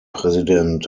präsident